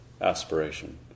aspiration